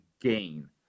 gain